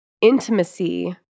intimacy